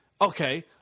Okay